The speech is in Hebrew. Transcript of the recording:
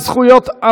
תודה לך על השירות,